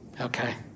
Okay